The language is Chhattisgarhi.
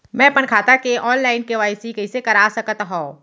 मैं अपन खाता के ऑनलाइन के.वाई.सी कइसे करा सकत हव?